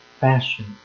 fashion